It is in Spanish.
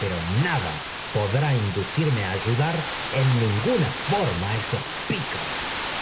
pero nada podrá inducirme á ayudar en ninguna forma á osos picaros